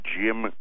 Jim